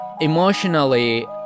emotionally